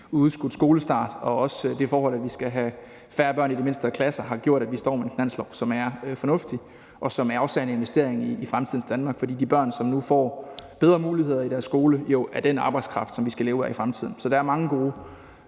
udskudt skolestart og også det forhold, at vi skal have færre børn i de mindste klasser, har gjort, at vi står med en finanslov, som er fornuftig og også er en investering i fremtidens Danmark, fordi de børn, som nu får bedre muligheder i deres skole, jo er den arbejdskraft, som vi skal leve af i fremtiden. Så der er mange gode